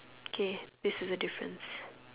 okay this is a difference